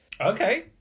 okay